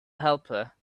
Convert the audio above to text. helper